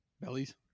Bellies